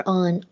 on